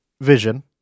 vision